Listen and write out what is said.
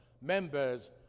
Members